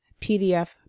PDF